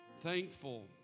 thankful